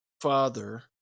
father